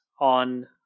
on